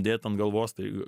dėti ant galvos tai